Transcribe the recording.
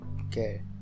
okay